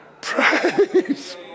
Praise